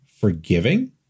forgiving